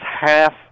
half